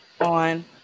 on